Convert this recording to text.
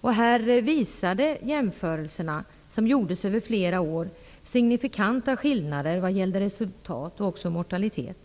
och här visade jämförelser som gjorts under flera år signifikanta skillnader vad gällde resultat och mortalitet.